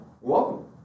welcome